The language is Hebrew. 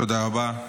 תודה רבה.